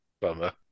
Bummer